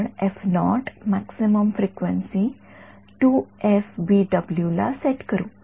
आपण F naught maximum frequency ला set करू